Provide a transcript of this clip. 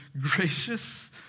gracious